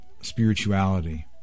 spirituality